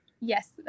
Yes